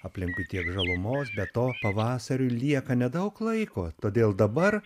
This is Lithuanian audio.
aplinkui tiek žalumos be to pavasariui lieka nedaug laiko todėl dabar